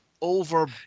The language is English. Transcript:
over